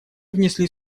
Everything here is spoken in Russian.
внесли